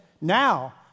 now